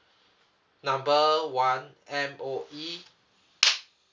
number one M_O_E